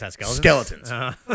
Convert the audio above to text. skeletons